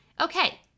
okay